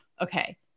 okay